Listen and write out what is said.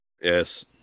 Yes